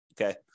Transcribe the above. Okay